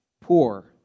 Poor